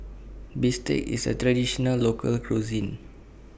Bistake IS A Traditional Local Cuisine